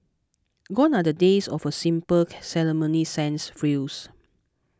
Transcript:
gone are the days of a simple ceremony sans frills